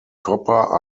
copper